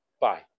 Bye